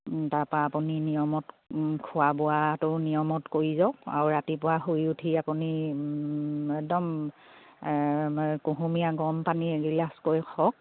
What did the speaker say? তাৰপা আপুনি নিয়মত খোৱা বোৱাটো নিয়মত কৰি যাওক আৰু ৰাতিপুৱা শুই উঠি আপুনি একদম কুহুমীয়া গৰম পানী এগিলাছ কৰি খওক